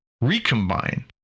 recombine